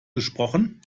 gesprochen